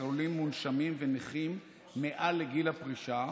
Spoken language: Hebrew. חולים מונשמים ונכים מעל לגיל הפרישה,